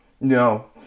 No